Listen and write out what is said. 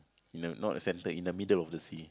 no not center in the middle off the sea